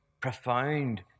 profound